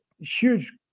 huge